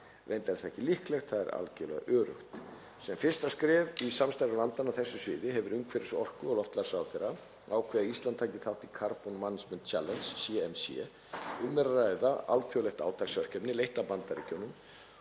Reyndar er það ekki bara líklegt, það er algerlega öruggt. Sem fyrsta skref í samstarfi landanna á þessu sviði hefur umhverfis-, orku- og loftslagsráðherra ákveðið að Ísland taki þátt í Carbon Management Challenge, CMC. Um er að ræða alþjóðlegt átaksverkefni, leitt af Bandaríkjunum,